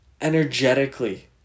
energetically